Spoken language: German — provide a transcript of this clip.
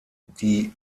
die